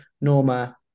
Norma